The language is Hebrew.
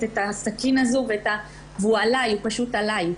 את הסכין הזו וכל הזמן הזה הוא פשוט עליי,